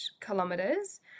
kilometers